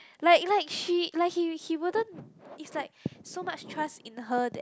like like she like he he wouldn't it's like so much trust in her that